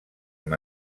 amb